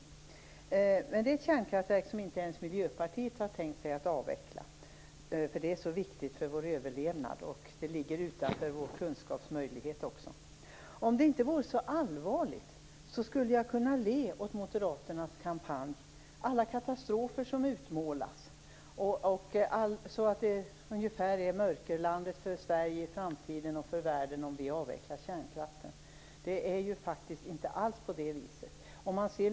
Solen är ett kärnkraftverk som inte ens Miljöpartiet har tänkt sig att avveckla, eftersom den är så viktig för vår överlevnad. Om det inte vore så allvarligt skulle jag kunna le åt moderaternas kampanj och alla katastrofer som har utmålats. Man säger att Sverige blir ett mörkerland i framtiden om vi avvecklar kärnkraften. Det är ju faktiskt inte alls på det viset.